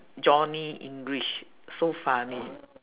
johnny english so funny